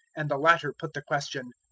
and the latter put the question,